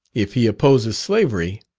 if he opposes slavery,